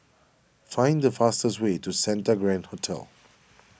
find the fastest way to Santa Grand Hotel